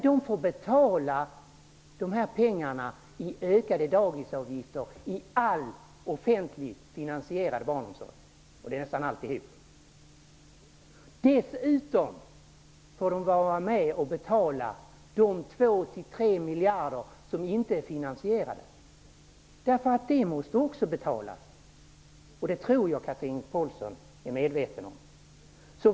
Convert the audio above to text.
De får betala de pengarna i ökade dagisavgifter, i all offentligt finansierad barnomsorg. Dessutom får de vara med och betala de två tre miljarder som inte är finansierade. De måste ju också betalas. Det tror jag att Chatrine Pålsson är medveten om.